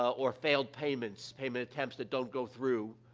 or failed payments, payment attempts that don't go through,